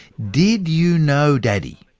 did you know, daddy,